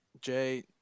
Jay